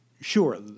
Sure